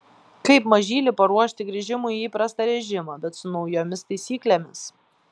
kaip mažylį paruošti grįžimui į įprastą režimą bet su naujomis taisyklėmis